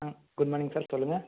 ஆ good morning sir சொல்லுங்கள்